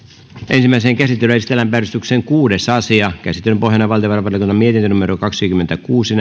ensimmäiseen käsittelyyn esitellään päiväjärjestyksen kuudes asia käsittelyn pohjana on valtiovarainvaliokunnan mietintö kaksikymmentäkuusi